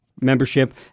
membership